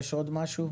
יש עוד משהו?